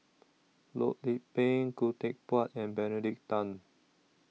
Loh Lik Peng Khoo Teck Puat and Benedict Tan